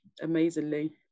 amazingly